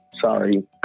sorry